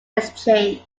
exchange